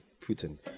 Putin